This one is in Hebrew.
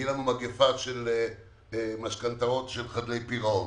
מגפה של משכנתאות של חדלי פירעון.